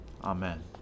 Amen